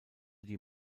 die